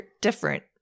different